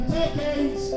decades